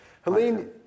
Helene